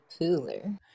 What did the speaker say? Pooler